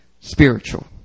spiritual